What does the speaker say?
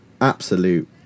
Absolute